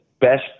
best